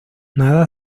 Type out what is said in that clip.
nada